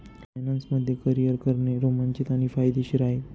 finance मध्ये career करणे रोमांचित आणि फायदेशीर आहे